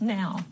now